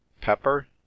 Pepper